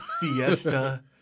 Fiesta